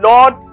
Lord